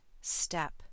step